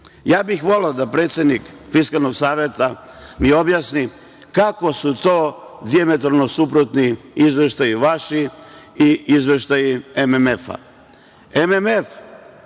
bih voleo da mi predsednik Fiskalnog saveta objasni kako su to dijametralno suprotni izveštaji vaši i izveštaji MMF-a.